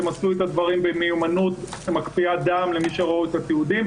הם עשו את הדברים במיומנות מקפיאת דם למי שראו את התיעודים,